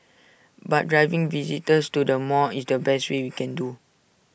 but driving visitors to the mall is the best we can do